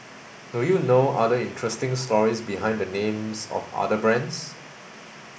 do you know other interesting stories behind the names of other brands